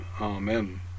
Amen